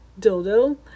dildo